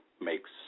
makes